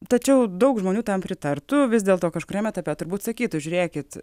tačiau daug žmonių tam pritartų vis dėlto kažkuriam etape turbūt sakytų žiūrėkit